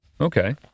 okay